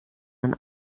ein